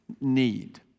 need